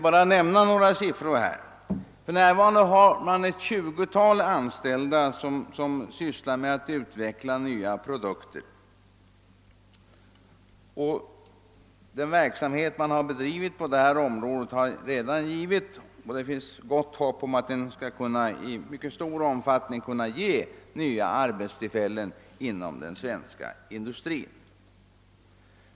För närvarande sysslar ett 20-tal anställda med att utveckla nya produkter. Den verksamhet man bedrivit på detta område har redan givit nya arbetstillfällen inom svensk industri, och det finns mycket goda förhoppningar om att detta i framtiden kommer att bli fallet i ännu högre grad.